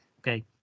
okay